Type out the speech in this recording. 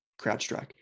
CrowdStrike